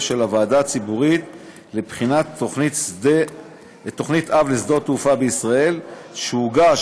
של הוועדה הציבורית לבחינת תוכנית אב לשדות תעופה בישראל שהוגש